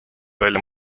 välja